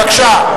בבקשה.